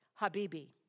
Habibi